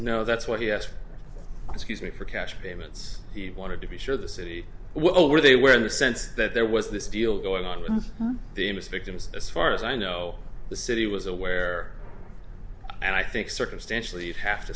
snow that's what he asked me for cash payments he wanted to be sure the city where they were in the sense that there was this deal going on with the amos victims as far as i know the city was aware and i think circumstantially you'd have to